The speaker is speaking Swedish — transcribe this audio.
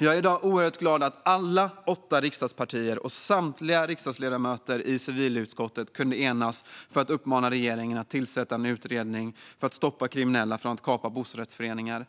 Jag är i dag oerhört glad att alla åtta riksdagspartier och samtliga ledamöter i civilutskottet kunde enas för att uppmana regeringen att tillsätta en utredning för att stoppa kriminella från att kapa bostadsrättföreningar.